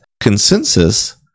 consensus